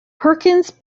perkins